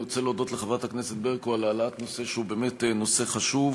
אני רוצה להודות לחברת הכנסת ברקו על העלאת נושא שהוא באמת נושא חשוב.